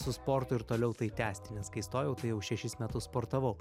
su sportu ir toliau tai tęsti nes kai stojau tai jau šešis metus sportavau